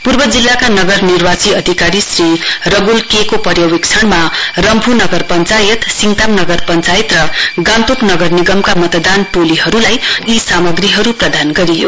पूर्व जिल्लाका नगर निर्वाची अधिकारी श्री रगूल के को पर्यवेक्षणमा रम्फू नगर पञ्चायत सिङताम नगर पञ्चायत र गान्तोक नगर निगमका मतदान टोलीहरुलाई यी सामग्रीहरु प्रदान गरियो